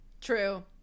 True